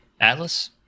Atlas